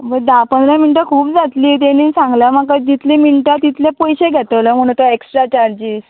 धा पंदरा मिणटां खूब जातली तेणीन सांगला म्हाका जितलें मिनटां तितलें पयशे घेतलो म्हणून तो एक्स्ट्रा चार्जीस